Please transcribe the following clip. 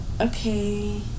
okay